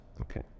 Okay